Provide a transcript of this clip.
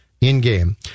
in-game